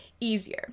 easier